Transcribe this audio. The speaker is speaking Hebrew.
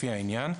לפי העניין,